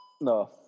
No